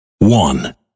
one